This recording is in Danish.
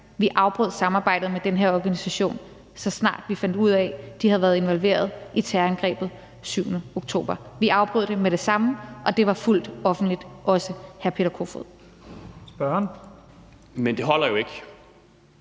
Vi afbrød samarbejdet med den her organisation, så snart vi fandt ud af, at de havde været involveret i terrorangrebet 7. oktober. Vi afbrød det med det samme, og det var også fuldt offentligt, hr. Peter Kofod. Kl. 11:54 Første